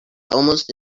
almost